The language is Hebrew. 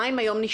המים הים שאבים?